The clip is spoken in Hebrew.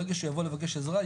ברגע שיבוא לבקש עזרה,